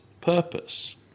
purpose